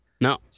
No